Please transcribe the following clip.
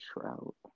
Trout